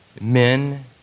men